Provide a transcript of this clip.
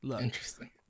Interesting